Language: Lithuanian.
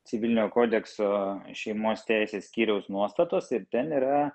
civilinio kodekso šeimos teisės skyriaus nuostatos ir ten yra